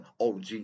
OG